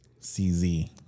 Cz